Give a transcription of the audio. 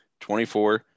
24